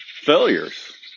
failures